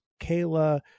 Kayla